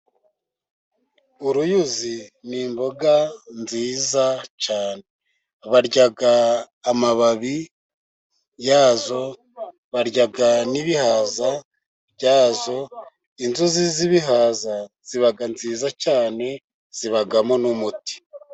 Uruyuzi ni imboga nziza cyane. Barya amababi yazo, barya n'ibihaza byazo. Inzuzi z'ibihaza ziba nziza cyane, zibamo n'umuti.